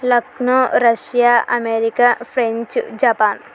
Lucknow Russia America French Japan